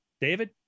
David